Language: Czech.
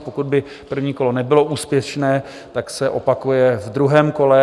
Pokud by první kolo nebylo úspěšné, tak se opakuje ve druhém kole.